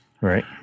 Right